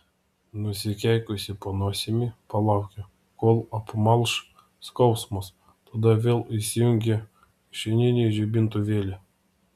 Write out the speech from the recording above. nusikeikusi po nosimi palaukė kol apmalš skausmas tada vėl įsijungė kišeninį žibintuvėlį